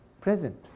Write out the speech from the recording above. present